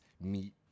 meet